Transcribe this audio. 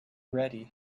ready